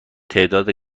تعداد